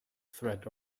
threat